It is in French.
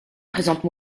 présente